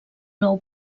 nou